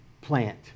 plant